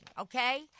okay